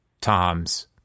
Tom's